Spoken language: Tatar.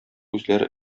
үзләре